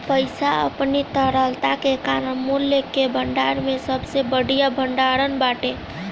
पईसा अपनी तरलता के कारण मूल्य कअ भंडारण में सबसे बढ़िया भण्डारण बाटे